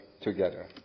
together